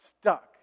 stuck